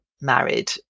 married